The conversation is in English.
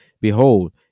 Behold